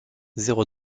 zéro